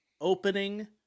opening